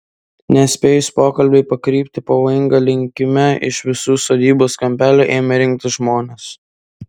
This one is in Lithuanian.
nespėjus pokalbiui pakrypti pavojinga linkme iš visų sodybos kampelių ėmė rinktis žmonės